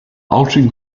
altering